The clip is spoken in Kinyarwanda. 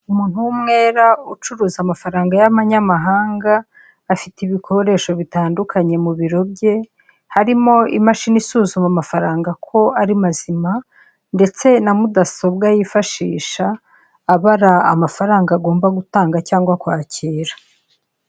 Umuntu w'umwera ucuruza amafaranga y'abanyamahanga afite ibikoresho bitandukanye mu biro bye harimo imashini isuzuma amafaranga ko ari mazima ndetse na mudasobwa yifashisha abara amafaranga agomba gutanga cyangwa kwakira.